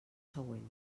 següent